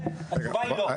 התשובה היא לא.